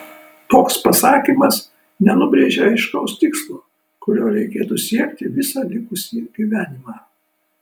toks pasakymas nenubrėžia aiškaus tikslo kurio reikėtų siekti visą likusį gyvenimą